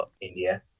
India